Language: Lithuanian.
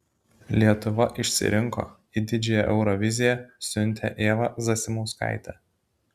lietuva išsirinko į didžiąją euroviziją siuntė ievą zasimauskaitę